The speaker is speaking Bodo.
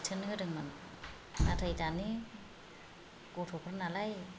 बिथोन होदोंमोन नाथाय दानि गथ'फोर नालाय